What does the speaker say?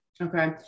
Okay